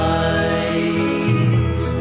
eyes